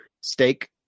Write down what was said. steak